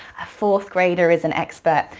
a fourth grader is an expert.